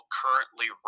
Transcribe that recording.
currently